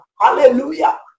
Hallelujah